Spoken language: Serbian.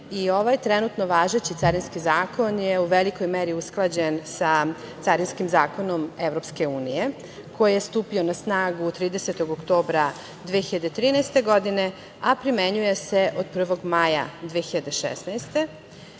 i ovaj trenutno važeći Carinski zakon je u velikoj meri usklađen sa carinskim zakonom EU, koji je stupio na snagu 30. oktobra 2013. godine, a primenjuje se od 1. maja 2016.